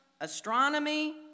astronomy